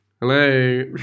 Hello